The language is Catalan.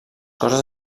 coses